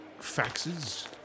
faxes